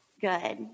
good